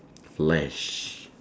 flash